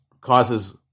causes